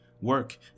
Work